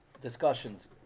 discussions